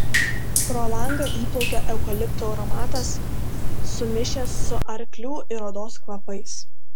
pro langą įplaukė eukaliptų aromatas sumišęs su arklių ir odos kvapais